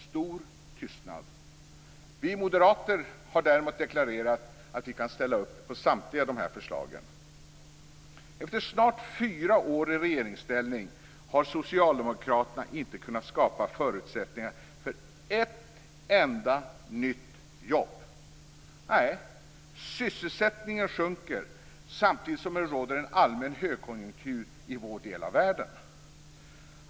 Stor tystnad. Vi moderater har däremot deklarerat att vi kan ställa upp på samtliga av de här förslagen. Efter snart fyra år i regeringsställning har socialdemokraterna inte kunna skapa förutsättningar för ett enda nytt jobb. Nej, sysselsättningen sjunker samtidigt som det råder en allmän högkonjunktur i vår del av världen.